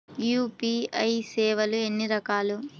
UPI సేవలు ఎన్నిరకాలు?